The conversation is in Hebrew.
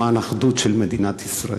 למען האחדות של מדינת ישראל.